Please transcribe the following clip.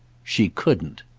she couldn't!